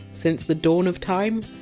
since the dawn of time?